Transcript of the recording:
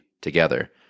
together